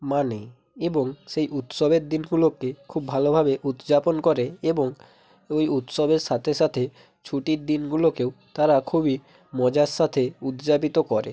মানে এবং সেই উৎসবের দিনগুলোকে খুব ভালোভাবে উদযাপন করে এবং ওই উৎসবের সাথে সাথে ছুটির দিনগুলোকেও তারা খুবই মজার সাথে উদযাপিত করে